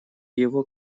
его